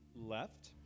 left